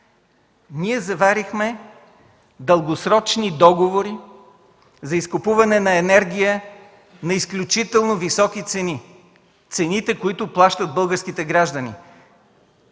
Ние заварихме дългосрочни договори за изкупуване на енергия на изключително високи цени – цените, които плащат българските граждани,